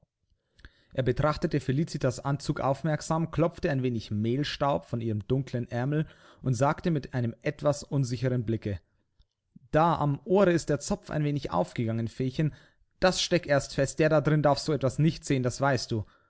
er betrachtete felicitas anzug aufmerksam klopfte ein wenig mehlstaub von ihrem dunklen aermel und sagte mit einem etwas unsicheren blicke da am ohre ist der zopf ein wenig aufgegangen feechen das steck erst fest der da drin darf so etwas nicht sehen das weißt du